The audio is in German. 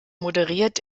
moderiert